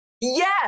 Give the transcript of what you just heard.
Yes